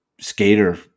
skater